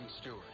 Stewart